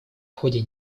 ходе